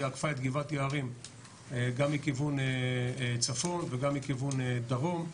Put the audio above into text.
עקפה את גבעת יערים גם מכיוון צפון וגם מכיוון דרום,